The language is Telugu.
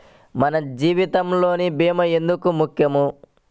మన జీవితములో భీమా ఎందుకు ముఖ్యం?